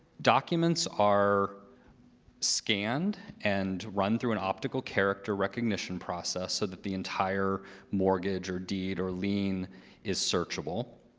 documents are scanned and run through an optical character recognition process, so that the entire mortgage, or deed, or lien is searchable.